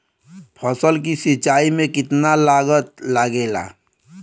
फसल की सिंचाई में कितना लागत लागेला?